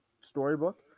storybook